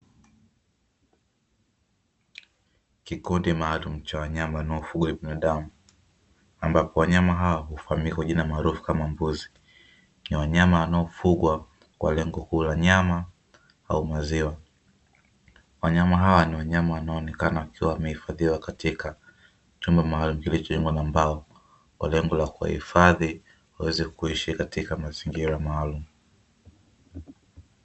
Kikundi maalumu cha wanyama wanaofugwa na binadamu ambapo wanyama hawa hufahamika kwa jina maarufu kama mbuzi, ni wanyama wanaofugwa kwa lengo kuu la nyama au maziwa. Wanyama hawa ni wanyama wanaonekana wakiwa wamehifadhiwa katika chumba maalumu kilichojengwa na mbao, kwa lengo la kuwahifadhi waweze kuishi katika mazingira maalumu.